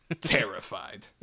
terrified